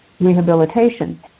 rehabilitation